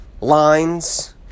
Lines